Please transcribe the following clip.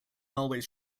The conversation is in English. always